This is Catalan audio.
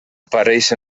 apareix